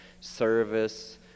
service